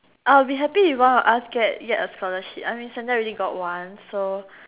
I'll be happy if one of us get get a scholarship I mean Sandra already got one so